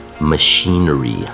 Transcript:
machinery